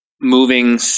moving